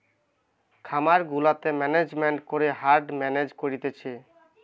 খামার গুলাতে ম্যানেজমেন্ট করে হার্ড মেনেজ করতিছে